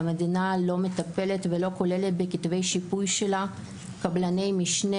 המדינה לא מטפלת ולא כוללת בכתבי השיפוי שלה קבלני משנה,